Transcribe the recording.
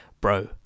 bro